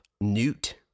Newt